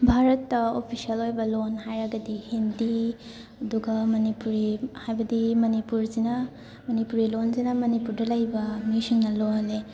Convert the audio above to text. ꯚꯥꯔꯠꯇ ꯑꯣꯐꯤꯁꯦꯜ ꯑꯣꯏꯕ ꯂꯣꯟ ꯍꯥꯏꯔꯒꯗꯤ ꯍꯤꯟꯗꯤ ꯑꯗꯨꯒ ꯃꯅꯤꯄꯨꯔꯤ ꯍꯥꯏꯕꯗꯤ ꯃꯅꯤꯄꯨꯔꯁꯤꯅ ꯃꯅꯤꯄꯨꯔꯤ ꯂꯣꯟꯁꯤꯅ ꯃꯅꯤꯄꯨꯔꯗ ꯂꯩꯕ ꯃꯤꯁꯤꯡꯅ ꯂꯣꯜꯂꯦ